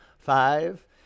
Five